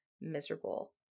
miserable